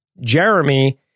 Jeremy